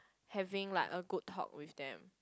having like a good talk with them